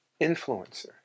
influencer